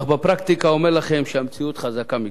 אך בפרקטיקה אומר לכם שהמציאות חזקה מכול.